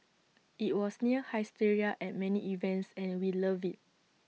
IT was near hysteria at many events and we loved IT